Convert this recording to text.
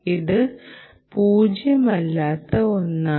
ഇത് പൂജ്യമല്ലാത്ത ഒന്നാണ്